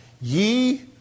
Ye